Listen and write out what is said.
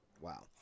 Wow